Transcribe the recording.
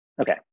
Okay